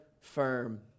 firm